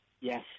Yes